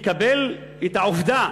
תקבל את העובדה